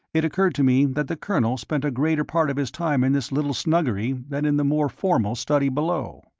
it occurred to me that the colonel spent a greater part of his time in this little snuggery than in the more formal study below.